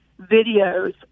videos